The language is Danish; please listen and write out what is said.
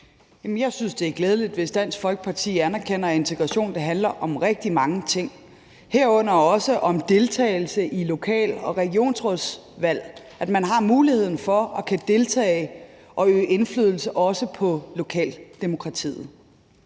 Jeg synes, det er glædeligt, hvis Dansk Folkeparti anerkender, at integration kan handle om rigtig mange ting, herunder også om deltagelse i lokal- og regionsrådsvalg, og at man har muligheden for at kunne deltage og øve indflydelse, også på lokaldemokratiet.